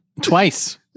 twice